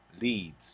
leads